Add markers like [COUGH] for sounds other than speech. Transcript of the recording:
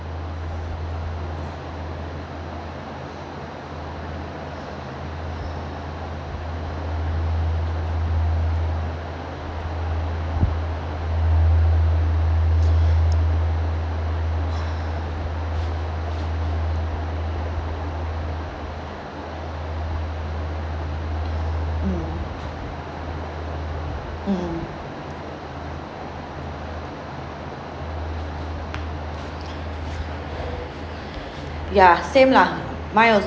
[BREATH] mm mm ya same lah mine also